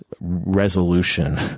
resolution